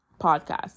Podcast